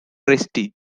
prestige